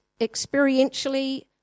experientially